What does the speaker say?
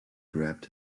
grabbed